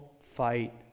fight